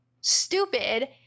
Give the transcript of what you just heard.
stupid